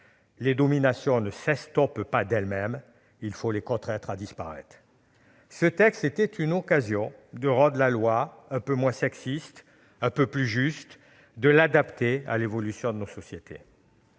Les dominations ne s'estompent pas d'elles-mêmes, il faut les contraindre à disparaître. Ce texte était une occasion de rendre la loi un peu moins sexiste, un peu plus juste, et de l'adapter aux évolutions de notre société.